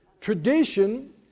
tradition